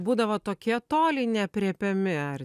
būdavo tokie toliai neaprėpiami ar